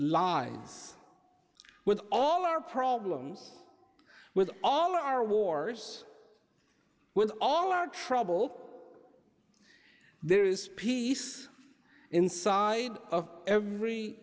lies with all our problems with all our wars with all our trouble there is peace inside of every